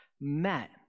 met